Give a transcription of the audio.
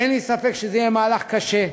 אין לי ספק שזה יהיה מהלך קשה.